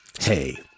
Hey